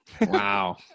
Wow